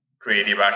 creative